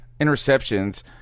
interceptions